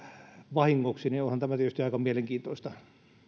vahingoksi niin onhan tämä tietysti aika mielenkiintoista